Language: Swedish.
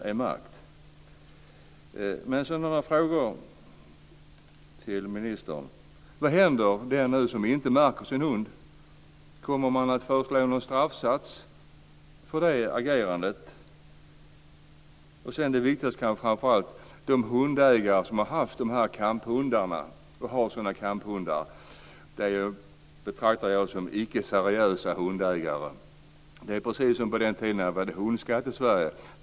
Där har jag några frågor till ministern. Kommer man att föreslå en straffsats för ett sådant agerande? Det kanske allra viktigaste är följande: De hundägare som har haft, eller som har, kamphundar betraktar jag som icke seriösa hundägare. I det sammanhanget är det precis som på den tiden då vi hade hundskatt i Sverige.